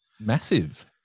massive